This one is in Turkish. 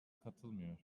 katılmıyor